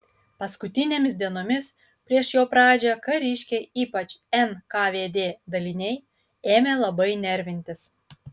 paskutinėmis dienomis prieš jo pradžią kariškiai ypač nkvd daliniai ėmė labai nervintis